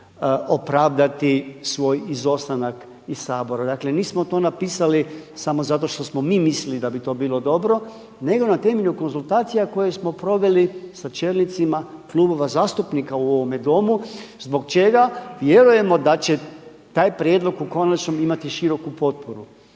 opravdati svoj izostanak iz Sabora. Dakle nismo to napisali samo zato što smo mi mislili da bi to bilo dobro nego na temelju konzultacija koje smo proveli sa čelnicima klubova zastupnika u ovome Domu zbog čega vjerujemo da će taj prijedlog u konačnom imati široku potporu.